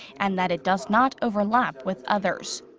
and that it does not overlap with others.